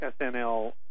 SNL